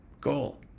goal